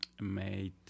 made